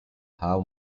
how